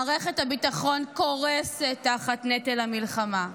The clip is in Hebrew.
מערכת הביטחון קורסת תחת נטל המלחמה.